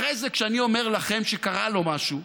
אחרי זה, כשאני אומר לכם שקרה לו משהו,